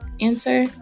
answer